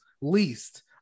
least